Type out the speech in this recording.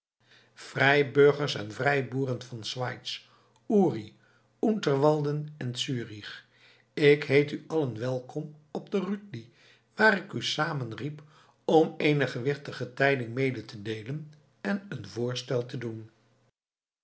vrijburgers en vrijboeren van schwijz uri unterwalden en zürich ik heet u allen welkom op de rütli waar ik u samen riep om eene gewichtige tijding mede te deelen en een voorstel te doen